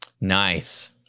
Nice